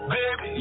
Baby